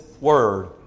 Word